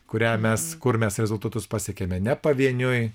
kurią mes kur mes rezultatus pasiekėme ne pavieniui